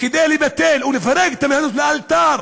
לבטל, לפרק את המינהלת לאלתר